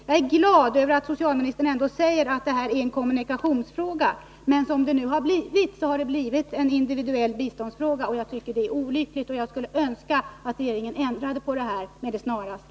Jag är glad över att socialministern ändå säger att färdtjänsten är en kommunikationsfråga, men som det nu har blivit är den en fråga om individuellt bistånd. Jag tycker att det är olyckligt, och jag skulle önska att regeringen ändrade på det med det snaraste.